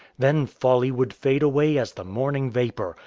then folly would fade away as the morning vapour,